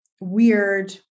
weird